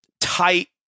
tight